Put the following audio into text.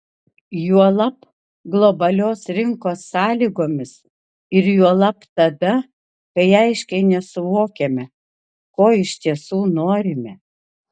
juolab globalios rinkos sąlygomis ir juolab tada kai aiškiai nesuvokiame ko iš tiesų norime